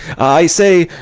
i say,